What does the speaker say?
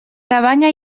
cabanya